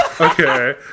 okay